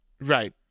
Right